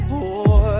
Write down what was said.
Boy